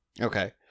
Okay